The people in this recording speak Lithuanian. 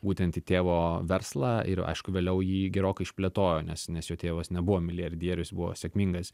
būtent į tėvo verslą ir aišku vėliau jį gerokai išplėtojo nes nes jo tėvas nebuvo milijardierius buvo sėkmingas